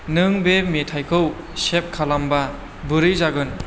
नों बे मेथाइखौ सेब खालामबा बोरै जागोन